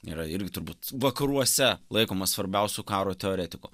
yra ir turbūt vakaruose laikomas svarbiausiu karo teoretiku